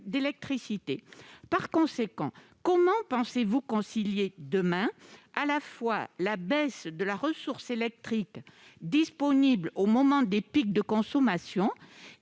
d'État, comment pensez-vous concilier, demain, la baisse de la ressource électrique disponible au moment des pics de consommation